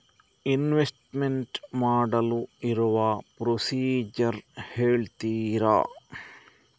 Investment ಮಾಡಲು ಇರುವ procedure ಹೇಳ್ತೀರಾ?